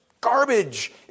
garbage